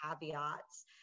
caveats